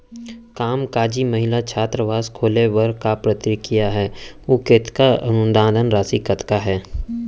कामकाजी महिला छात्रावास खोले बर का प्रक्रिया ह अऊ कतेक अनुदान राशि कतका हे?